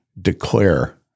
declare